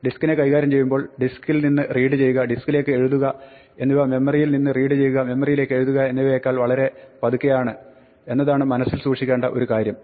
ഡിസ്ക്കിനെ കൈകാര്യം ചേയ്യുമ്പോൾ ഡിസ്ക്കിൽ നിന്ന് റീഡ് ചെയ്യുക ഡിസ്ക്കിലേക്ക് എഴുതുക എന്നിവ മെമ്മറിയിൽ നിന്ന് റീഡ് ചെയ്യുക മെമ്മറിയേക്ക് എഴുതുക എന്നിവയേക്കാൾ വളരെയേറെ പതുക്കെയാണ് എന്നതാണ് മനസ്സിൽ സൂക്ഷിക്കേണ്ട ഒരു കാര്യം